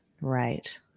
Right